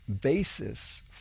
basis